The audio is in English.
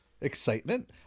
Excitement